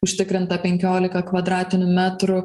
užtikrinta penkiolika kvadratinių metrų